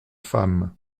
femme